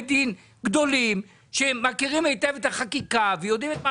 דין גדולים שמכירים היטב את החקיקה ויודעים את מה